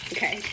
Okay